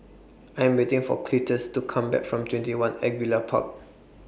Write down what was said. I Am waiting For Cletus to Come Back from TwentyOne Angullia Park